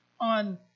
on